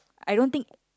I don't think